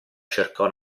cercò